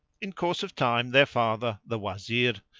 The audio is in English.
in course of time their father, the wazir,